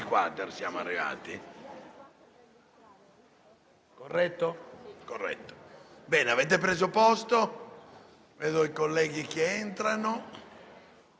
siamo arrivati